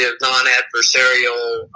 non-adversarial